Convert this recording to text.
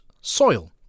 soil